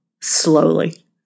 slowly